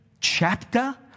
chapter